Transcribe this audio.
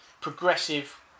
progressive